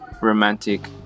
romantic